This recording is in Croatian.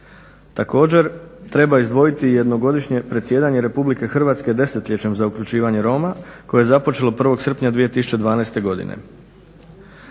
Također, treba izdvojiti i 1-godišnje predsjedanje RH desetljećem za uključivanje Roma koje je započelo 1. srpnja 2012. godine.